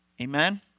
Amen